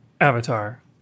Avatar